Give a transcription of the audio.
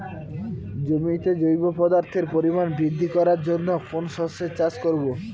জমিতে জৈব পদার্থের পরিমাণ বৃদ্ধি করার জন্য কোন শস্যের চাষ করবো?